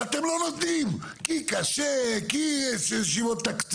אתם לא נותנים, כי קשה, כי אין תקציב.